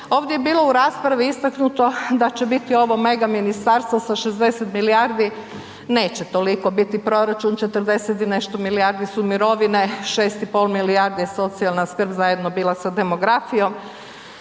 Ovdje je bilo u raspravi istaknuto da će biti ovo mega ministarstvo sa 60 milijardi, neće toliko biti proračun, 40 i nešto milijardi su mirovine, 6 i pol milijardi je socijalna skrb zajedno bila sa demografijom